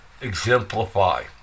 exemplify